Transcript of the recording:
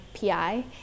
PI